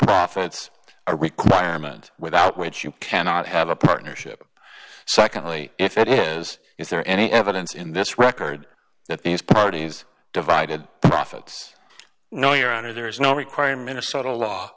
profits a requirement without which you cannot have a partnership secondly if it is is there any evidence in this record that these parties divided profits no your honor there is no requiring minnesota law